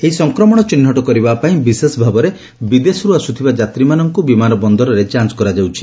ଏହି ସଂକ୍ରମଣ ଚିହ୍ଟ କରିବା ପାଇଁ ବିଶେଷଭାବରେ ବିଦେଶରୁ ଆସୁଥିବା ଯାତ୍ରୀମାନଙ୍କୁ ବିମାନ ବନ୍ଦରରେ ଯାଞ କରାଯାଉଛି